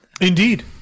Indeed